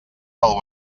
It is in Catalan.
del